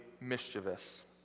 mischievous